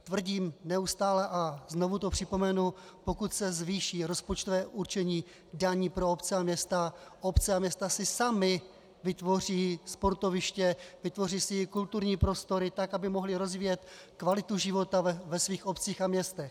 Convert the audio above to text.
Tvrdím neustále, a znovu to připomenu, pokud se zvýší rozpočtové určení daní pro obce a města, obce a města si samy vytvoří sportoviště, vytvoří si kulturní prostory tak, aby mohly rozvíjet kvalitu života ve svých obcích a městech.